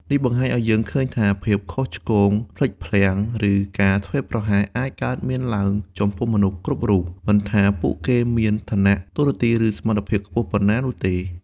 នេះបង្ហាញឱ្យឃើញថា ភាពខុសឆ្គង ភ្លេចភ្លាំង ឬការធ្វេសប្រហែស អាចកើតមានឡើងចំពោះមនុស្សគ្រប់រូប មិនថាពួកគេមានឋានៈតួនាទី ឬសមត្ថភាពខ្ពស់ប៉ុណ្ណានោះទេ។